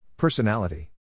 Personality